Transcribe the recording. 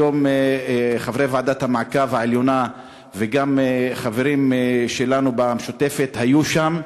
היום חברי ועדת המעקב העליונה וגם חברים שלנו במשותפת היו שם.